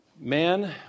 Man